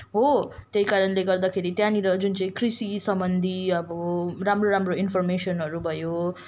हो त्यही कारणले गर्दाखेरि त्यहाँनिर जुन चाहिँ कृषि सम्बन्धी अब राम्रो राम्रो इन्फोर्मेसनहरू भयो